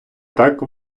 так